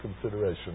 consideration